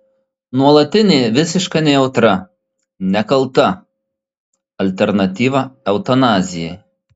nuolatinė visiška nejautra nekalta alternatyva eutanazijai